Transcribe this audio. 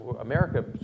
America